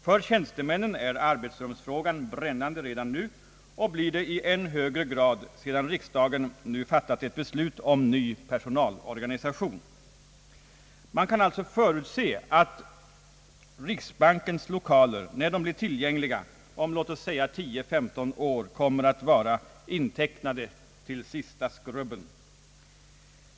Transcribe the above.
För tjänstemännen är arbetsrumsfrågan brännande redan och blir det i än högre grad sedan riksdagen nu fattat beslut om ny personalorganisation, Man kan alltså förutse att riksbankens lokaler, när dessa blir tillgängliga om låt oss säga tio eller femton år, kommer att vara intecknade till sista skrubben.